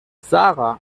sarah